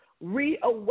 reawaken